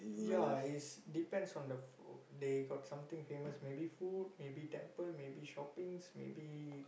ya is depends on the food they got something famous maybe food maybe temple maybe shoppings maybe